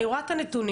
אני רואה את הנתונים,